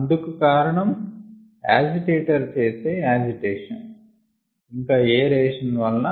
అందుకు కారణం యాజిటేటర్ చేసే యజిటేషన్ ఇంకా ఏరేషన్ వలన